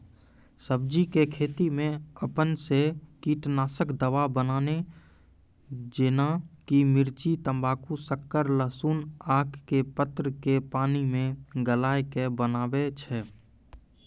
सब्जी के खेती मे अपन से कीटनासक दवा बनाबे जेना कि मिर्च तम्बाकू शक्कर लहसुन आक के पत्र के पानी मे गलाय के बनाबै छै?